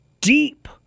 deep